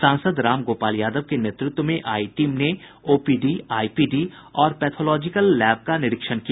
सांसद राम गोपाल यादव के नेतृत्व में आई टीम ने ओपीडी आईपीडी और पैथोलॉजिकल लैब का निरीक्षण किया